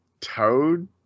toad